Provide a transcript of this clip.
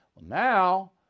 Now